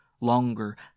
longer